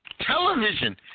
Television